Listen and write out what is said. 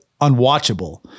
unwatchable